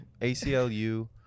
ACLU